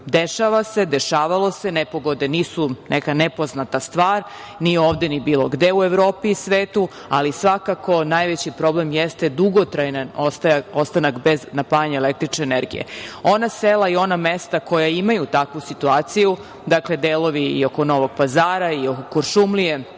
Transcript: dešava se, dešavalo se, nepogode nisu neka nepoznata stvar, ni ovde ni bilo gde u Evropi i svetu, ali svakako najveći problem jeste dugotrajan ostanak bez napajanja električne energije. Ona sela i ona mesta koja imaju takvu situaciju, dakle, delovi i oko Novog Pazara i Kuršumlije